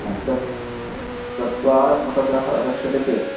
चत् चत्वारः फ़ोटोग्राफ़र् अपेक्षते चेत्